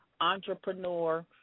entrepreneur